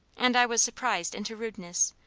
and i was surprised into rudeness.